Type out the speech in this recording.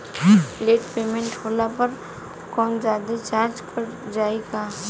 Late payment होला पर कौनोजादे चार्ज कट जायी का?